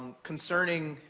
concerning,